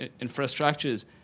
infrastructures